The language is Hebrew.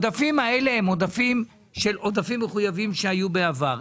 אלה עודפים מחויבים שהיו בעבר.